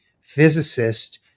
physicist